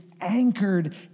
anchored